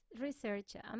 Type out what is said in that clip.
researcher